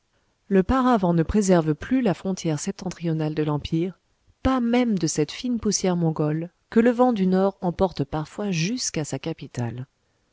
le paravent ne préserve plus la frontière septentrionale de l'empire pas même de cette fine poussière mongole que le vent du nord emporte parfois jusqu'à sa capitale